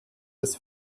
des